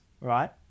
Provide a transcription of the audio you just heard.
right